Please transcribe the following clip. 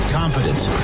confidence